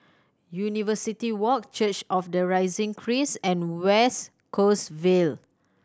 University Walk Church of the Risen Christ and West Coast Vale